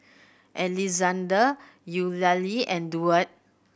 Alexzander Eulalie and Duard